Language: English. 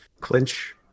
Clinch